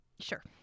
Sure